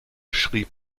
schrieb